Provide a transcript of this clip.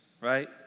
right